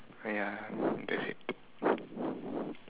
ya that's it